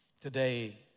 Today